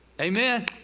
Amen